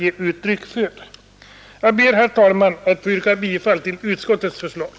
Jag ber, herr talman, att få yrka bifall till utskottets hemställan.